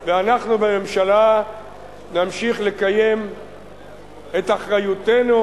ואנחנו בממשלה נמשיך לקיים את אחריותנו,